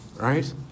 right